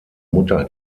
mutter